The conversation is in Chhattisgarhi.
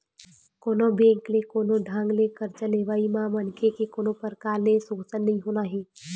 कोनो बेंक ले कोनो ढंग ले करजा लेवई म मनखे के कोनो परकार ले सोसन नइ होना हे